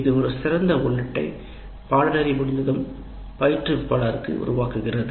இது ஒரு சிறந்த உள்ளீட்டை பாடநெறி முடிந்ததும் பயிற்றுவிப்பாள ருக்கு உருவாக்குகிறது